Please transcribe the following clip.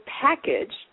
packaged